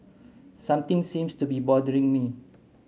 something seems to be bothering me